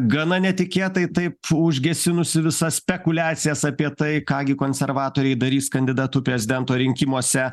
gana netikėtai taip užgesinusi visas spekuliacijas apie tai ką gi konservatoriai darys kandidatu prezidento rinkimuose